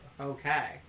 okay